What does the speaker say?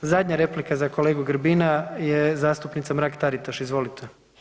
Zadnja replika za kolegu Grbina je zastupnica Mrak Taritaš, izvolite.